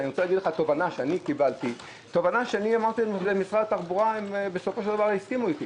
אני רוצה לשתף אותך בתובנה שגם במשרד התחבורה בסופו של דבר הסכימו אותי